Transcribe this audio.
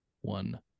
one